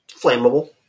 flammable